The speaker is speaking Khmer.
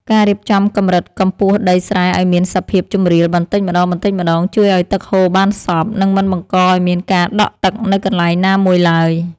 ការរៀបចំកម្រិតកម្ពស់ដីស្រែឱ្យមានសភាពជម្រាលបន្តិចម្តងៗជួយឱ្យទឹកហូរបានសព្វ និងមិនបង្កឱ្យមានការដក់ទឹកនៅកន្លែងណាមួយឡើយ។